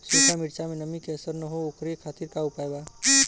सूखा मिर्चा में नमी के असर न हो ओकरे खातीर का उपाय बा?